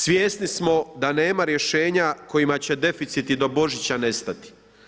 Svjesni smo da nema rješenja kojima će deficiti do Božića nestati.